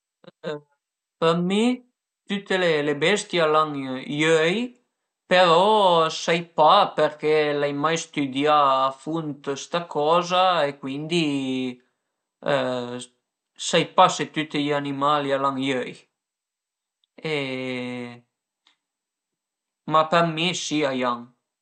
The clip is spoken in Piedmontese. Për mi tüte le bestie a i an i öi però sai pa përché l'ai mai stüdià a funt sta coza e cuindi sai pa se tüti i animai a i an i öi e ma për mi si a i an